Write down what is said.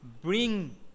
bring